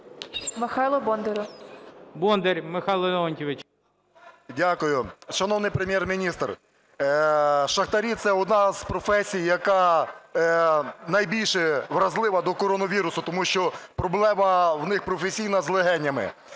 Дякую. Шановний Прем'єр-міністре, шахтарі – це одна з професій, яка найбільше вразлива до коронавірусу, тому що проблема в них професійна з легенями.